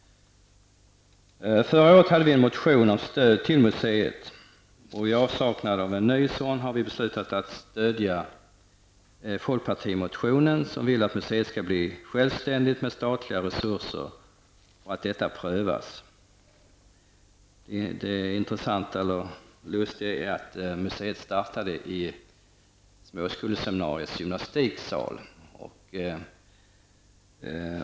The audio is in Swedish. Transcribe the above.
Förra året hade vi en motion om stöd till museet. I avsaknad av en ny sådan har vi beslutat att stödja den folkpartimotion som vill att museet skall bli självständigt med statliga resurser och att detta skall prövas. Museet startade faktiskt i småskoleseminariets gymnastiksal.